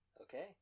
Okay